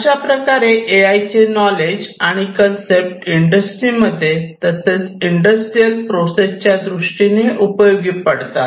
अशाप्रकारे A I चे knowledge आणि कन्सेप्ट इंडस्ट्रीमध्ये तसेच इंडस्ट्रियल प्रोसेस च्या दृष्टीने उपयोगी पडतात